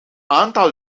aantal